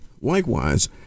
Likewise